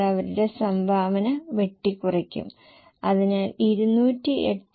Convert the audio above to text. fixed പാർട്ടിന് വേണ്ടി 1